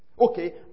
Okay